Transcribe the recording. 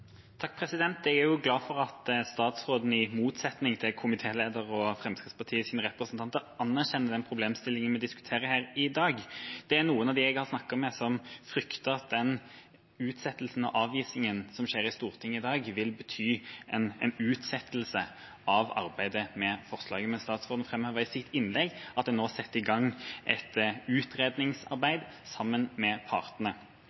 Jeg er glad for at statsråden, i motsetning til komitélederen og Fremskrittspartiets representanter, anerkjenner problemstillingen vi diskuterer her i dag. Noen av dem jeg har snakket med, frykter at den utsettingen og avvisningen som skjer i Stortinget i dag, vil bety en utsettelse av arbeidet med forslaget. Men statsråden framhevet i sitt innlegg at man nå setter i gang et utredningsarbeid sammen med partene.